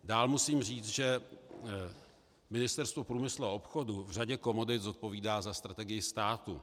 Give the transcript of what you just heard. Dál musím říct, že Ministerstvo průmyslu a obchodu v řadě komodit zodpovídá za strategii státu.